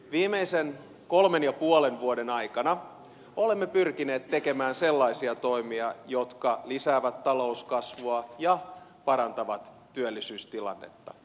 viimeisen kolmen ja puolen vuoden aikana olemme pyrkineet tekemään sellaisia toimia jotka lisäävät talouskasvua ja parantavat työllisyystilannetta